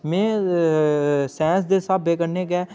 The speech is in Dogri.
मे साइंस दे स्हाबें कन्नै गै